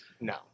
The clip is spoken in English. No